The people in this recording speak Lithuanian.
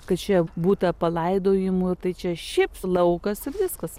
kad čia būta palaidojimų ir tai čia šiaip laukas ir viskas